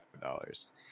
dollars